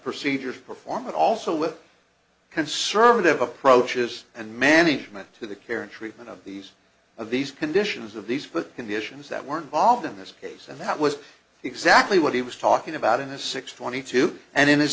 procedures performed and also with conservative approaches and management to the care and treatment of these of these conditions of these but conditions that were involved in this case and that was exactly what he was talking about in this six twenty two and in his